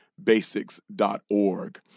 basics.org